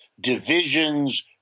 divisions